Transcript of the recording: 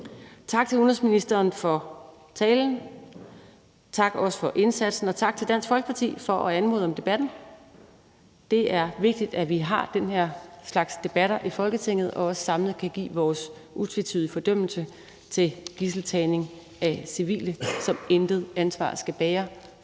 Tak til udenrigsministeren for talen, og også tak for indsatsen. Og tak til Dansk Folkeparti for at anmode om debatten. Det er vigtigt, at vi har den her slags debatter i Folketinget og også samlet kan give vores utvetydige fordømmelse af gidseltagning af civile, som intet ansvar skal bære for det,